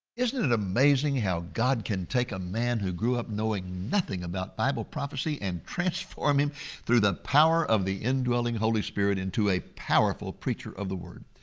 isn't it amazing how god can take a man who grew up knowing nothing about bible prophecy and transform him through the power of the indwelling holy spirit into a powerful preacher of the word?